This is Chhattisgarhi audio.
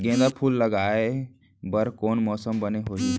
गेंदा फूल लगाए बर कोन मौसम बने होही?